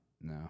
No